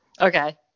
Okay